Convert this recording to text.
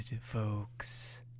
folks